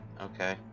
Okay